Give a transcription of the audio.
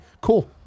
Cool